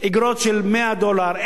איגרות של 100 דולר,